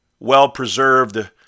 well-preserved